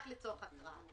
רק לצורך ההקראה.